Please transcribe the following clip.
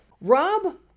Rob